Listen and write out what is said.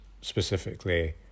specifically